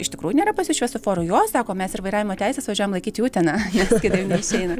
iš tikrųjų nėra pas jus šviesoforų jo sako mes ir vairavimo teises važiuojam laikyti į uteną nes kitaip neišeina